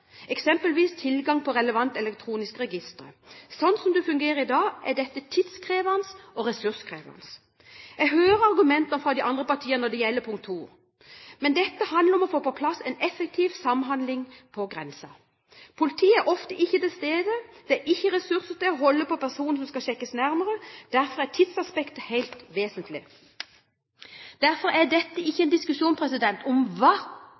eksempelvis tilgang på relevante elektroniske registre. Slik det fungerer i dag, er dette tidkrevende og ressurskrevende. Jeg hører argumentene fra de andre partiene når det gjelder forslag nr. 2, men dette handler om å få på plass en effektiv samhandling på grensen. Politiet er ofte ikke til stede, det er ikke ressurser til å holde på personer som skal sjekkes nærmere, og derfor er tidsaspektet helt vesentlig. Derfor er ikke dette en diskusjon om hva